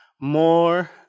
More